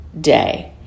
day